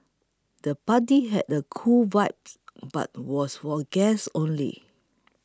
the party had the cool vibes but was for guests only